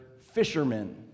fishermen